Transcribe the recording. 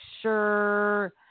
sure